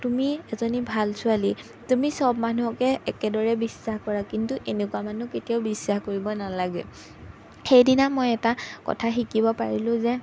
তুমি এজনী ভাল ছোৱালী তুমি সব মানুহকে একেদৰে বিশ্বাস কৰা কিন্তু এনেকুৱা মানুহ কেতিয়াও বিশ্বাস কৰিব নালাগে সেইদিনা মই এটা কথা শিকিব পাৰিলোঁ যে